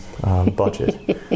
budget